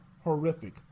horrific